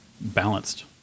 balanced